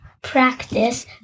practice